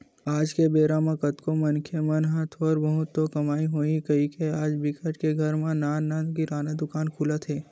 आज के बेरा म कतको मनखे मन ह थोर बहुत तो कमई होही कहिके आज बिकट के घर म नान नान किराना दुकान खुलत हे